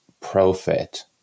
profit